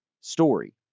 story